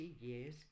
years